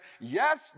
yes